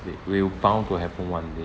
it will bound to happen one day